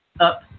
up